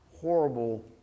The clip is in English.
horrible